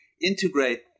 integrate